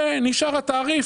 ונשאר התעריף,